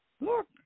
look